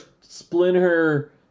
Splinter